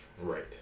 right